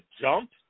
jump